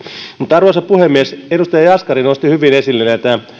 arvoisa puhemies edustaja jaskari nosti hyvin esille näitä